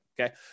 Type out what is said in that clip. okay